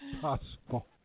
possible